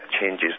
changes